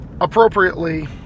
appropriately